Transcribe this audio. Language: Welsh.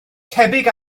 tebyg